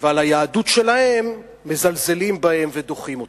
ועל היהדות שלהם, מזלזלים בהם ודוחים אותם.